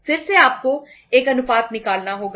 फिर से आपको एक अनुपात निकालना होगा